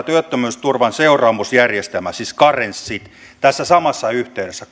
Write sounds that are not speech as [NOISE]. [UNINTELLIGIBLE] työttömyysturvan seuraamusjärjestelmän siis karenssit tässä samassa yhteydessä [UNINTELLIGIBLE]